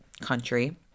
country